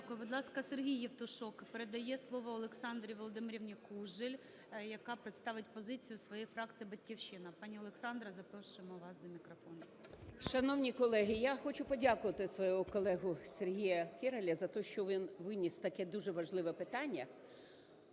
Дякую. Будь ласка, Сергій Євтушок. Передає слово Олександрі Володимирівна Кужель, яка представить позицію своєї фракції "Батьківщина". Пані Олександра, запрошуємо вас до мікрофону. 11:15:57 КУЖЕЛЬ О.В. Шановні колеги! Я хочу подякувати свого колегу Сергія Кіраля за те, що він виніс таке дуже важливе питання.